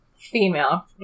female